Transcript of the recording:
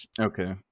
Okay